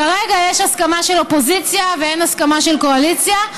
כרגע יש הסכמה של אופוזיציה ואין הסכמה של קואליציה,